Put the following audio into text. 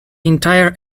entire